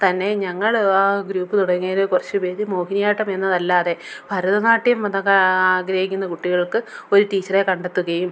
തന്നെ ഞങ്ങൾ ആ ഗ്രൂപ്പ് തുടങ്ങിയതിൽ കുറച്ച് പേർ മോഹിനിയാട്ടമെന്നതല്ലാതെ ഭാരതനാട്യം അതൊക്കെ ആഗ്രഹിക്കുന്ന കുട്ടികൾക്ക് ഒരു ടീച്ചറെ കണ്ടെത്തുകയും